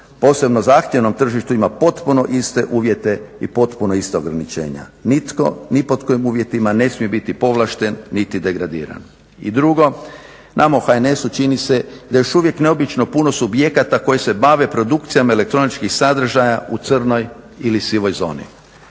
posebno zahtjevnom tržištu ima potpuno iste uvjete i potpuno ista ograničenja. Nitko, ni pod kojim uvjetima ne smije biti povlašten niti degradiran. I drugo, nama u HNS-u čini se da još uvijek neobično puno subjekata koji se bave produkcijama elektroničkih sadržaja u crnoj ili sivoj zoni,